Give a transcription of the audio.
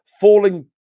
falling